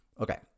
Okay